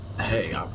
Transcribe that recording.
hey